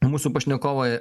mūsų pašnekovai